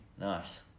Nice